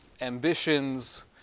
ambitions